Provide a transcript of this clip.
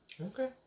Okay